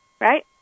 right